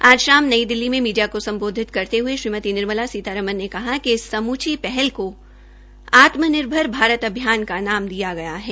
आज शाम नई दिलली में मीडिया को सम्बोधित करते हथे श्रीमती निर्मला सीतारमन ने कहा कि इस समूची पहल को आत्मनिर्भर भारत अभियान का नाम दिया गया है